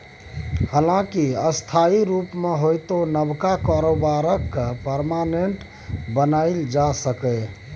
हालांकि अस्थायी रुप मे होइतो नबका कारोबार केँ परमानेंट बनाएल जा सकैए